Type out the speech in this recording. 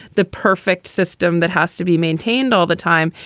the perfect system that has to be maintained all the time.